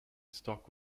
stock